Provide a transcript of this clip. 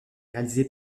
réalisé